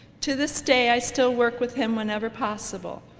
to this day i still work with him whenever possible.